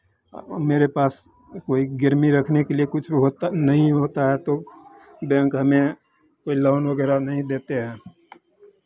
मेरे पास कोई गिरवी रखने के लिए कुछ भी होता नहीं होता तो बैंक हमें कोई लोन वगैरह नहीं देते हैं